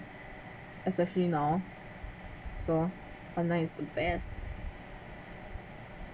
especially now so right now is the best